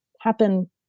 happen